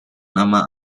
nama